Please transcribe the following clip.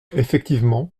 effectivement